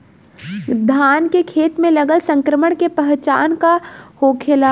धान के खेत मे लगल संक्रमण के पहचान का होखेला?